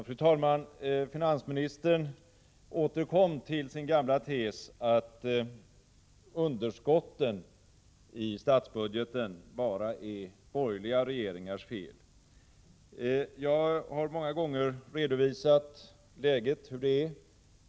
Fru talman! Finansministern återkom till sin gamla tes att underskotten i statsbudgeten bara är borgerliga regeringars fel. Jag har många gånger redovisat hur läget är.